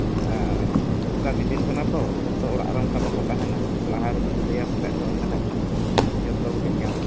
ᱟᱨ ᱱᱤᱛᱚᱜ ᱠᱟᱹᱢᱤ ᱫᱤᱱ ᱠᱟᱱᱟ ᱛᱚ ᱡᱚᱛᱚ ᱚᱲᱟᱜ ᱨᱮ ᱚᱱᱠᱟ ᱵᱟᱠᱚ ᱛᱟᱦᱮᱱᱟ ᱞᱟᱦᱟ ᱨᱮᱵᱮᱱ ᱞᱟᱹᱭᱟ ᱵᱟᱠᱷᱟᱡ ᱫᱚ ᱮᱰᱮᱠᱷᱟᱱ ᱫᱚ ᱡᱚᱛᱚ ᱜᱮᱵᱮᱱ ᱧᱟᱢ